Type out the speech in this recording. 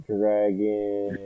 Dragon